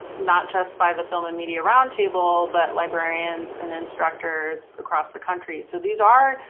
not just by the film and media round table but librarians and instructors across the country. so these are,